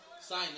Sign